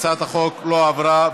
הצעת החוק לא עברה,